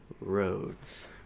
roads